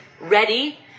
ready